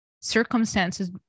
circumstances